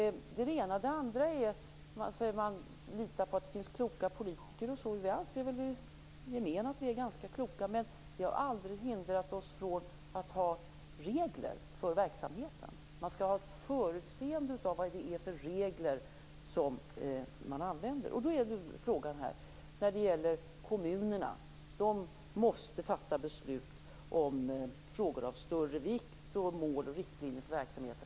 Man säger att man litar på att det finns kloka politiker. Vi anser väl i gemen att vi är ganska kloka, men det har aldrig hindrat oss från att ha regler för verksamheten. Man skall ha ett förutseende av vad det är för regler som man använder. Kommunerna måste fatta beslut om frågor av större vikt och om mål och riktlinjer för verksamheter.